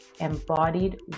embodied